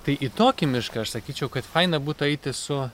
tai į tokį mišką aš sakyčiau kad faina būtų eiti su